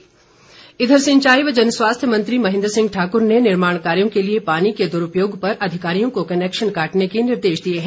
सिंचाई मंत्री उधर सिंचाई व जनस्वास्थ्य मंत्री महेंद्र सिंह ठाकुर ने निर्माण कार्यों के लिए पानी के दुरूपयोग पर अधिकारियों को कनैक्शन काटने के निर्देश दिए है